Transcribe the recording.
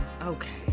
Okay